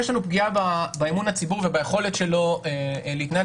יש לנו פגיעה באמון הציבור וביכולת שלו להתנהל.